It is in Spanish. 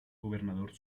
gobernador